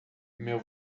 meu